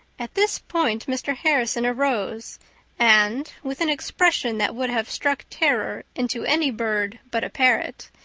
at this point mr. harrison arose and, with an expression that would have struck terror into any bird but a parrot,